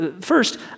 First